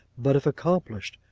but, if accomplished,